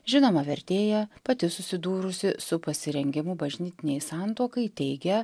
žinoma vertėja pati susidūrusi su pasirengimu bažnytinei santuokai teigia